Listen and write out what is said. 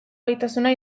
gaitasuna